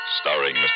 starring